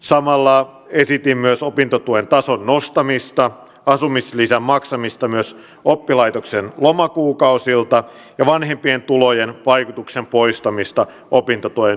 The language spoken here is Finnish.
samalla esitin myös opintotuen tason nostamista asumislisän maksamista myös oppilaitoksen lomakuukausilta ja vanhempien tulojen vaikutuksen poistamista opintotuen myöntämisperusteista